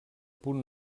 punt